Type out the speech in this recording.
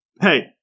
Hey